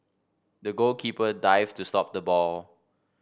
the goalkeeper dived to stop the ball